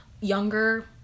younger